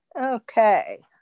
okay